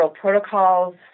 protocols